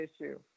issue